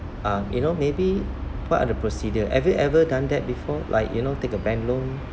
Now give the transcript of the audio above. uh you know maybe what are the procedure have you ever done that before like you know take a bank loan